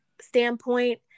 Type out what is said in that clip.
standpoint